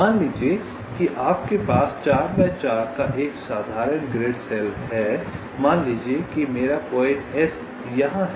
मान लीजिए कि आपके पास 4x4 का एक साधारण ग्रिड सेल है मान लीजिए कि मेरा पॉइंट S यहां है